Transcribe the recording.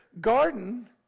garden